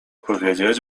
powiedzieć